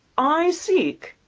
i seek!